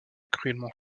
cruellement